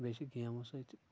بیٚیہِ چھِ گیمو سۭتۍ